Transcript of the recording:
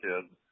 kids